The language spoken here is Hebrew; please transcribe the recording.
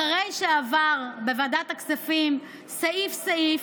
אחרי שעבר בוועדת הכספים סעיף-סעיף,